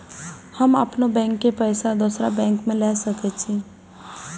हम अपनों बैंक के पैसा दुसरा बैंक में ले सके छी?